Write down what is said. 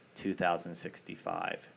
2065